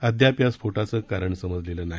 अद्याप या स्फोटाचे कारण समजले नाही